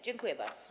Dziękuję bardzo.